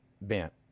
bent